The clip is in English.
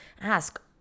ask